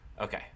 Okay